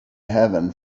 heaven